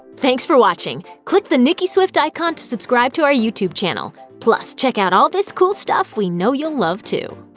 thanks for watching! click the nicki swift icon to subscribe to our youtube channel. plus check out all this cool stuff we know you'll love, too!